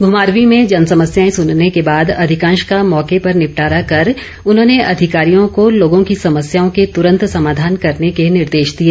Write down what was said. घूमारवीं में जनसमस्याएं सुनने के बाद अधिकांश का मौके पर निपटारा कर उन्होंने अधिकारियों को लोगों की समस्याओं के तुरंत समाधान करने के निर्देश दिए